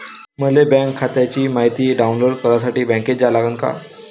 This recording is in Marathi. मले बँक खात्याची मायती डाऊनलोड करासाठी बँकेत जा लागन का?